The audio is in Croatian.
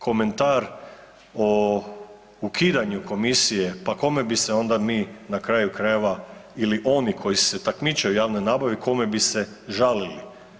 Komentar o ukidanju komisije pa kome bi se onda mi na kraju krajeva ili oni koji se takmiče u javnoj nabavi kome bi se žalili.